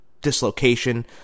dislocation